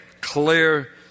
clear